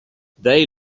they